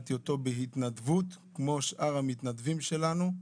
ניהלתי אותו בהתנדבות כמו שאר המתנדבים שלנו.